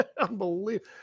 unbelievable